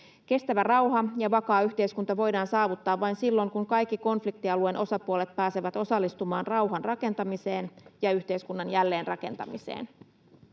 Kestävä rauha ja vakaa yhteiskunta voidaan saavuttaa vain silloin, kun kaikki konfliktialueen osapuolet pääsevät osallistumaan rauhan rakentamiseen ja yhteiskunnan jälleenrakentamiseen.